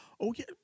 Okay